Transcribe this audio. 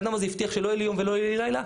אדם הבטיח שלא יהיה לי יום ולא יהיה לי לילה.